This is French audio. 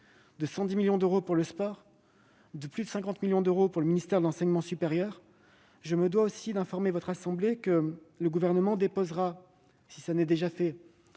110 millions pour le sport et plus de 50 millions d'euros pour le ministère de l'enseignement supérieur. Je me dois aussi d'informer votre assemblée que le Gouvernement est sur le point de